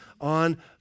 on